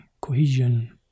cohesion